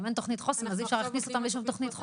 אם אין תוכנית חוסן אז אי אפשר להכניס אותם לשום דבר.